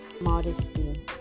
modesty